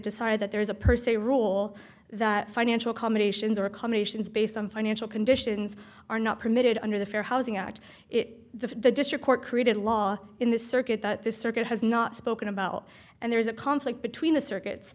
decided that there is a person a role that financial combinations or accommodations based on financial conditions are not permitted under the fair housing act it the district court created law in the circuit that this circuit has not spoken about and there is a conflict between the circuits